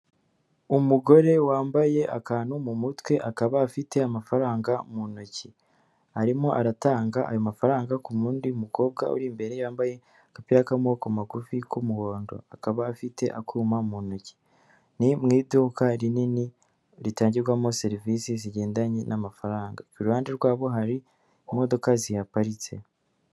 Umugore wambaye akantu mu mutwe akaba afite amafaranga mu ntoki arimo aratanga ayo mafaranga ku wundi mukobwa uri imbere yambaye agapira k'amaboko magufi k'umuhondo akaba afite akuma mu ntoki ni mu iduka rinini ritangirwamo serivisi zigendanye n'amafaranga iruhande rwabo hari imodoka zihaparitse.